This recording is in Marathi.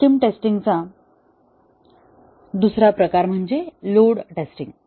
सिस्टम टेस्टिंगचा दुसरा प्रकार म्हणजे लोड टेस्टिंग